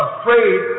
afraid